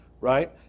right